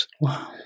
Wow